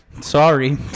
sorry